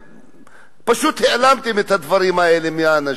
פשוט העלמתם את הדברים האלה מהאנשים.